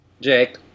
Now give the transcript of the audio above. Jake